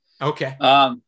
Okay